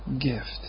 gift